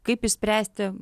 kaip išspręsti